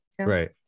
right